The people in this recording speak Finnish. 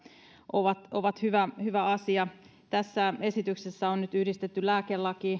ovat ovat hyvä hyvä asia tässä esityksessä on nyt yhdistetty lääkelain